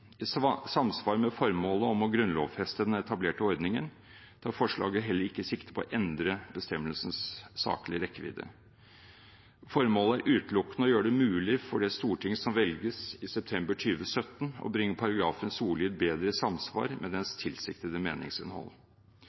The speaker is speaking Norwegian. I samsvar med formålet om å grunnlovfeste den etablerte ordningen tar forslaget heller ikke sikte på å endre bestemmelsens saklige rekkevidde. Formålet er utelukkende å gjøre det mulig for det storting som skal velges i september 2017, å bringe paragrafens ordlyd bedre i samsvar med dens tilsiktede meningsinnhold.